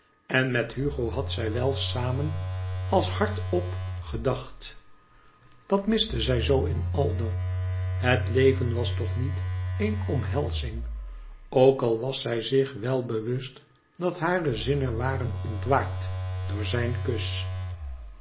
en met hugo had zij wel samen als hard-op gedacht dat miste zij zoo in aldo het leven was toch niet een omhelzing ook ai was zij zich wel bewust dat hare zinnen waren ontwaakt door zijn kus